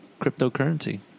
cryptocurrency